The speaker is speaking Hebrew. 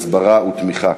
הסברה ותמיכה.